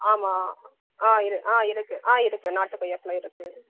ஆமாம் ஆ இரு ஆ இருக்குது ஆ இருக்குது நாட்டு கொய்யாப்பழம் இருக்குது